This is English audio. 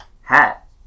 hat